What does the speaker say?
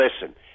listen